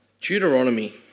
Deuteronomy